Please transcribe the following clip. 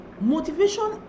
motivation